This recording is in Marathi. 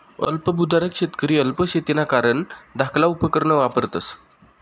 अल्प भुधारक शेतकरी अल्प शेतीना कारण धाकला उपकरणं वापरतस